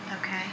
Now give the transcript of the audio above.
Okay